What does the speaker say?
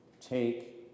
take